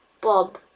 Bob